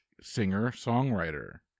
singer-songwriter